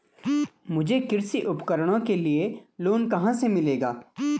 मुझे कृषि उपकरणों के लिए लोन कहाँ से मिलेगा?